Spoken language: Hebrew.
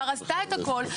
כי היא כבר עשתה את הכל,